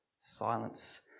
silence